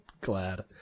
glad